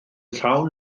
llawn